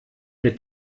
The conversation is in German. der